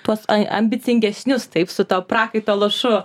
tuos ambicingesnius taip su tuo prakaito lašu